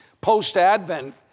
post-Advent